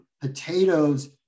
potatoes